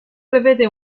prevede